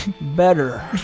better